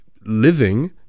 living